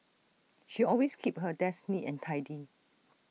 she always keeps her desk neat and tidy